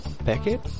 Beckett